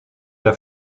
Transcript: der